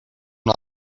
una